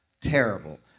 Terrible